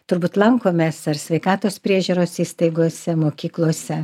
turbūt lankomės ar sveikatos priežiūros įstaigose mokyklose